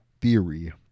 theory